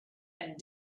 and